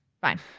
fine